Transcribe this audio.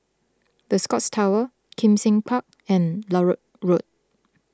the Scotts Tower Kim Seng Park and Larut Road